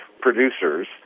producers